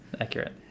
Accurate